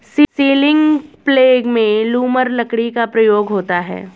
ceiling प्लेग में लूमर लकड़ी का प्रयोग होता है